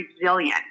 resilient